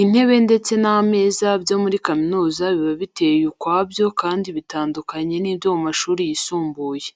Intebe ndetse n'ameza byo muri kaminuza biba biteye ukwabyo kandi bitandukanye n'ibyo mu mashuri yisumbuye.